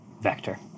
vector